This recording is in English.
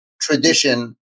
tradition